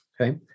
Okay